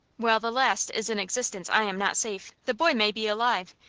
while the last is in existence i am not safe. the boy may be alive,